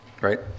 right